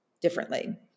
differently